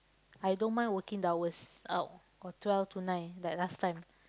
I don't mind working hours uh or twelve to nine like last time